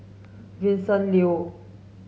Vincent Leow